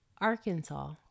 Arkansas